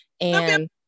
And-